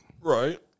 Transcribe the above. Right